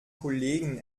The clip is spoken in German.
kollegen